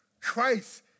Christ